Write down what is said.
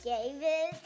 David